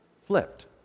flipped